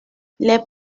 les